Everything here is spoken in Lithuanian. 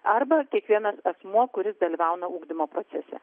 arba kiekvienas asmuo kuris dalyvauna ugdymo procese